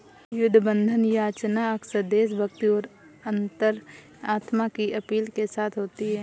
युद्ध बंधन याचना अक्सर देशभक्ति और अंतरात्मा की अपील के साथ होती है